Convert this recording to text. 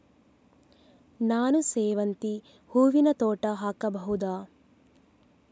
ನಾನು ಸೇವಂತಿ ಹೂವಿನ ತೋಟ ಹಾಕಬಹುದಾ?